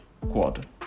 quad